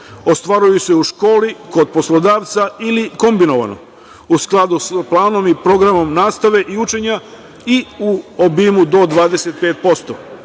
ostvaruju se u školi, kod poslodavca, ili kombinovano u skladu sa planom i programom nastave i učenja i u obimu do 25%.S